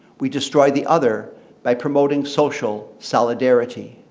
we destroy the other by promoting social solidarity.